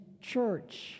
church